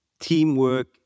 teamwork